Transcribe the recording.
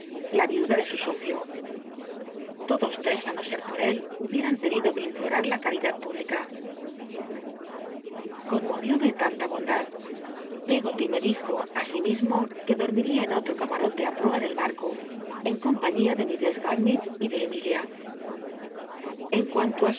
la iuda ele su socio l'odos tres í no se por él hubieran tenido que implorar la caridad publica conmo'ióme tanta bondad peggoty me dijo nsimismo que dormiia en otjo camarote á proa del bai'co en compaíiín de mi lress gummidge y de ernilin en cuanto tí